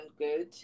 good